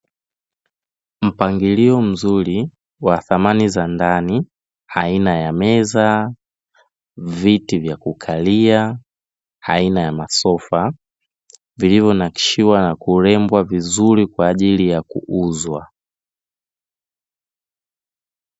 Mpangilio mzuri wa dhamani za ndani aina ya meza viti vya kukalia aina ya masofa vilivyonakshiwa na kurembwa vizuri tayari kwaajili ya kuuzwa